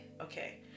Okay